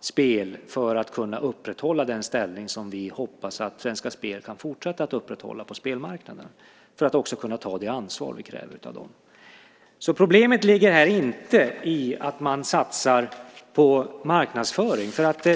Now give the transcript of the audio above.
spel för att kunna upprätthålla den ställning på spelmarknaden som vi hoppas att Svenska Spel kan fortsätta att upprätthålla för att också kunna ta det ansvar vi kräver av dem. Problemet här ligger alltså inte i att man satsar på marknadsföring.